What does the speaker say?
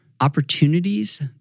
opportunities